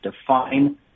define